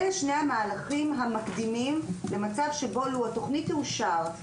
אלה הם שני המהלכים המקדימים למצב שבו התכנית תאושר.